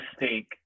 mistake